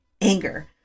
anger